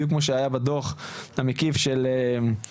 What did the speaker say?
בדיוק כמו שהיה בדו"ח המקיף של עמית